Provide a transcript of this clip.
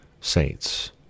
saints